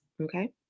Okay